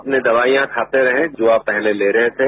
अपनी दवाइयां खाते रहें जो आप पहले ले रहे थे